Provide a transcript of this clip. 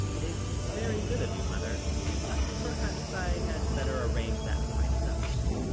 it's very good of you, mother but perhaps i had better arrange that for myself.